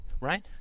Right